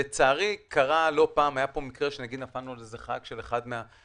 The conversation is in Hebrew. לצערי קרה לא פעם היה פה מקרה שנפלנו על חג של אחד המגזרים,